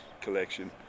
collection